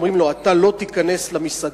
אומרים לו: אתה לא תיכנס למסעדה,